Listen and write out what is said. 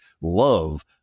love